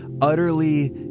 utterly